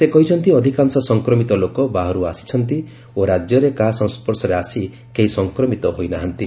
ସେ କହିଛନ୍ତି ଅଧିକାଂଶ ସଂକ୍ରମିତ ଲୋକ ବାହାରୁ ଆସିଛନ୍ତି ଓ ରାଜ୍ୟରେ କାହା ସଂସ୍କର୍ଶରେ ଆସି କେହି ସଂକ୍ରମିତ ହୋଇନାହାନ୍ତି